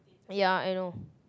ya I know